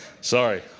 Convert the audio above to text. Sorry